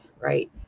right